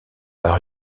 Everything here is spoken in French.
par